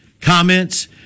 comments